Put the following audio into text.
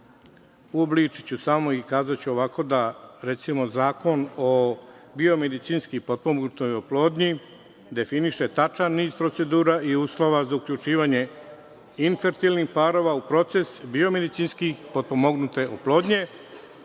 Uobličiću samo i kazaću ovako da, recimo, Zakon o biomedicinski potpomognutoj oplodnji definiše tačan niz procedura i uslova za uključivanje infertilnih parova u proces biomedicinski potpomognute oplodnje,